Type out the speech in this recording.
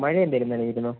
മഴ എന്തെങ്കിലും നനഞ്ഞിരുന്നോ